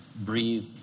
breathe